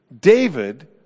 David